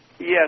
Yes